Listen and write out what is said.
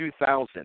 2000